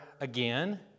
again